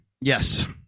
Yes